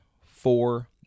Four